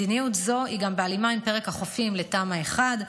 מדיניות זו היא גם בהלימה עם פרק החופים לתמ"א 1,